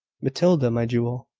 matilda, my jewel,